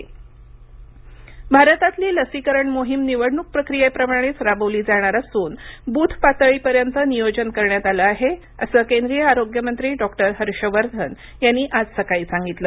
हर्ष वर्धन लसीकरण भारतातली लसीकरण मोहीम निवडणूक प्रक्रियेप्रमाणेच राबवली जाणार असून बूथ पातळीपर्यंत नियोजन करण्यात आलं आहे असं केंद्रीय आरोग्य मंत्री डॉक्टर हर्ष वर्धन यांनी आज सकाळी सांगितलं